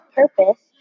purpose